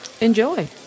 enjoy